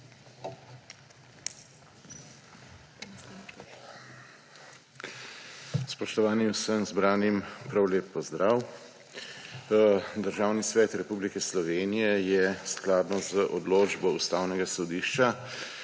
Spoštovani! Vsem zbranim prav lep pozdrav. Državni svet Republike Slovenije je skladno z odločbo Ustavnega sodišča